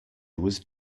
was